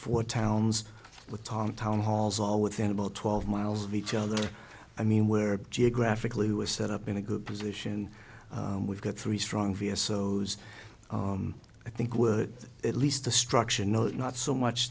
four towns with tom town halls all within about twelve miles of each other i mean where geographically we were set up in a good position we've got three strong via so i think we're at least destruction no not so much